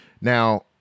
Now